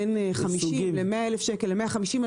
בין 50,000 שקל ל-150,000 שקל.